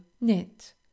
knit